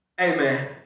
Amen